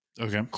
Okay